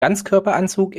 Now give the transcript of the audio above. ganzkörperanzug